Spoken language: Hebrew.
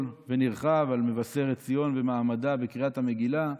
ונרחב על מבשרת ציון ומעמדה בקריאת המגילה: